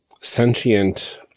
sentient